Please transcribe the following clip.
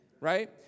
Right